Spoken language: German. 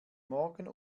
morgen